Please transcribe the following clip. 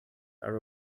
are